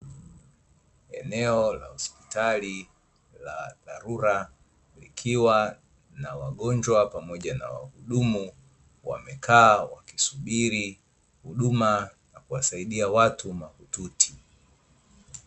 Eneo la hospitali la dharura, likiwa na wagonjwa pamoja na wahudumu wamekaa wakisubiri huduma na kuwasaidia watu mahututi.